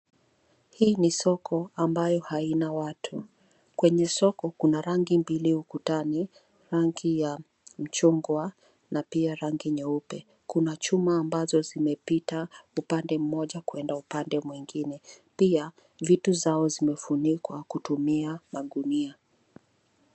Hii ni soko ambayo haina watu. Kwenye soko kuna rangi mbili ukutani, rangi ya machungwa na pia rangi nyeupe. Kuna chuma ambazo zimepita upande mmoja kuenda upande mwingine. Pia vitu zao zimefunikwa kutumia magunia.